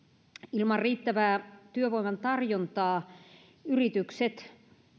ilman riittävää työvoiman tarjontaa yritykset